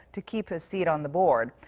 to keep his seat on the board.